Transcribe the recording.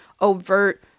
overt